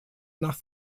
nach